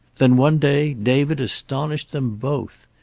then, one day, david astonished them both.